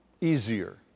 Easier